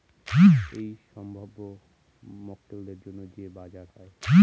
এইসব সম্ভাব্য মক্কেলদের জন্য যে বাজার হয়